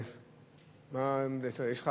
יש לך,